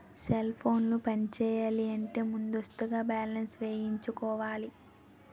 cell ఫోన్లు పనిచేయాలంటే ముందస్తుగా బ్యాలెన్స్ వేయించుకోవాలి